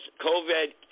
COVID